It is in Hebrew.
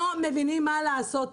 לא מבינים מה לעשות.